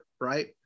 right